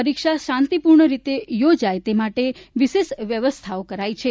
પરીક્ષા શાંતિપૂર્ણ રીતે યોજાય તે માટે વિશેષ વ્યવસ્થાઓ કરાઈ છે